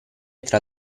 tra